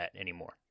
anymore